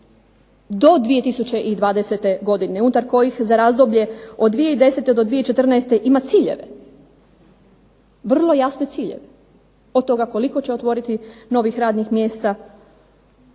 do 2020. godine unutar kojih za razdoblje od 2010. do 2014. ima ciljeve, vrlo jasne ciljeve. Od toga koliko će otvoriti novih radnih mjesta